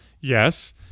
Yes